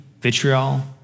vitriol